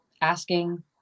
asking